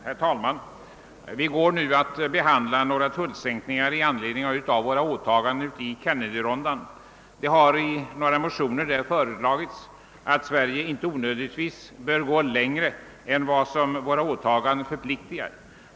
Herr talman! Vi går nu att behandla några förslag om tullsänkningar i anledning av våra åtaganden i Kennedyronden. I motioner har hävdats att Sverige inte onödigtvis bör gå längre än vad våra åtaganden förpliktar till.